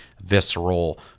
visceral